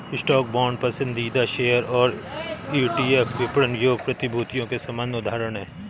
stock, bond, पसंदीदा share और ETF विपणन योग्य प्रतिभूतियों के सामान्य उदाहरण हैं